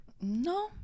No